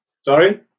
Sorry